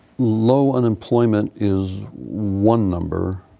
low unemployment is one number.